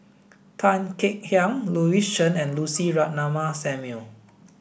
Tan Kek Hiang Louis Chen and Lucy Ratnammah Samuel